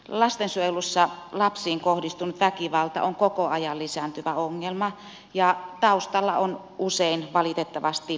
lastensuojelussa lapsiin kohdistunut väkivalta on koko ajan lisääntyvä ongelma ja taustalla on usein valitettavasti päihteiden käyttö